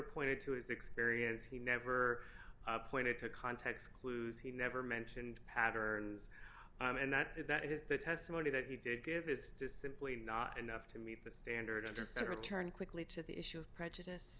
pointed to his experience he never pointed to context clues he never mentioned patterns and that is that it is the testimony that he did give is just simply not enough to meet the standard just to return quickly to the issue of prejudice